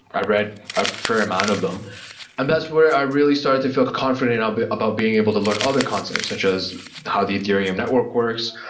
i read a fair amount of them and that's where i really started to feel confident but about being able to learn other concepts, such as how the ethereum network works,